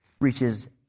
reaches